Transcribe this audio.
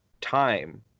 time